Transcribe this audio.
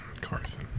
Carson